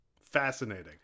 Fascinating